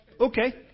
Okay